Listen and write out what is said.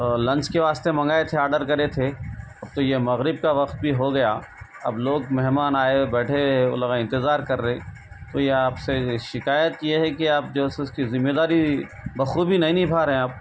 lunch کے واسطے منگائے تھے آڈر کرے تھے اب تو یہ مغرب کا وقت بھی ہو گیا اب لوگ مہمان آئے ہوئے ہیں بیٹھے ہوئے ہیں وہ لوگاں انتظار کر رہے ہیں تو یہ آپ سے شکایت یہ ہے کہ آپ جو ہے سو اس کی ذمہ داری بخوبی نہیں نبھا رہے ہیں آپ